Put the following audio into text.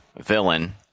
villain